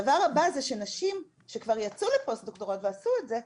הדבר הבא זה שנשים שכבר יצאו לפוסט דוקטורט ועשו את זה,